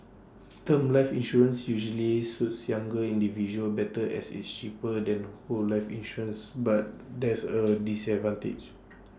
term life insurance usually suit younger individuals better as it's cheaper than whole life insurance but there's are disadvantages